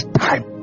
time